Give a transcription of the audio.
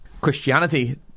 Christianity